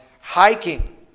hiking